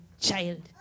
child